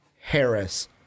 Harris